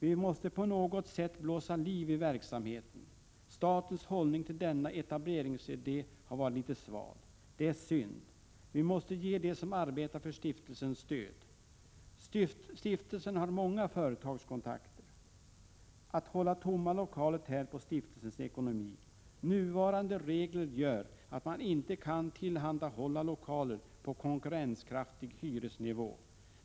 Vi måste på något sätt blåsa liv i verksamheten. Statens hållning till denna etableringsidé har varit litet sval. Det är synd. Vi måste ge dem som arbetar för stiftelsen stöd. Stiftelsen har många företagskontakter. Att hålla tomma lokaler tär på stiftelsens ekono mi. Nuvarande regler gör att man inte kan tillhandahålla lokaler på konkurrenskraftig hyresnivå.